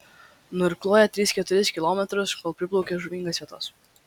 nuirkluoja tris keturis kilometrus kol priplaukia žuvingas vietas